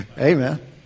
Amen